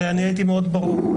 אני הייתי מאוד ברור,